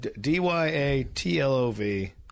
D-Y-A-T-L-O-V